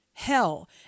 hell